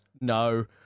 No